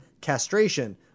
castration